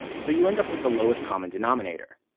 so you end up with the lowest common denominator.